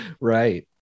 Right